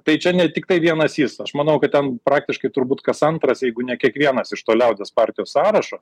tai čia ne tiktai vienas jis aš manau kad ten praktiškai turbūt kas antras jeigu ne kiekvienas iš to liaudies partijos sąrašo